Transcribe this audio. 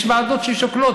יש ועדות ששוקלות.